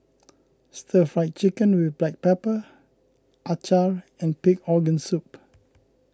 Stir Fried Chicken with Black Pepper Acar and Pig Organ Soup